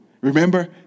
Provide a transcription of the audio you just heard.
Remember